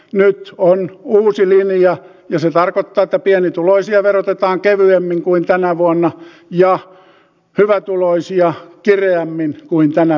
nyt on uusi linja ja se tarkoittaa että pienituloisia verotetaan kevyemmin kuin tänä vuonna ja hyvätuloisia kireämmin kuin tänä vuonna